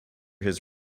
his